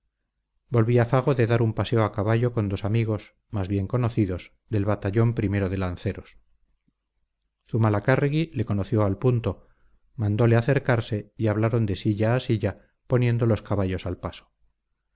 volvía fago de dar un paseo a caballo con dos amigos más bien conocidos del batallón o de lanceros zumalacárregui le conoció al punto mandole acercarse y hablaron de silla a silla poniendo los caballos al paso